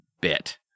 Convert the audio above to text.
bit